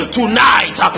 tonight